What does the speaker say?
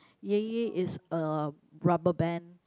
yay yay is a rubber band